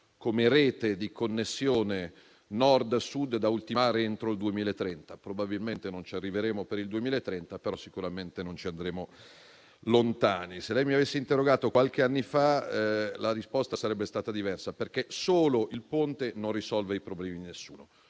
come rete di connessione Nord-Sud da ultimare entro il 2030. Probabilmente non ci arriveremo per il 2030, però sicuramente non andremo molto oltre. Se lei mi avesse interrogato qualche anno fa, la risposta sarebbe stata diversa, perché solo il ponte non risolve i problemi di nessuno;